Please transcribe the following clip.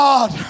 God